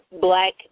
black